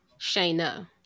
Shayna